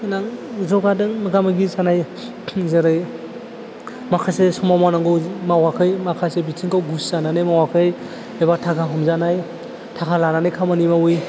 गोनां जौगादों मोगा मोगि जानाय जेरै माखासे समाव मावनांगौ मावाखै माखासे बिथिंखौ गुस जानानै मावाखै एबा थाखा हमजानाय थाखा लानानै खामानि मावै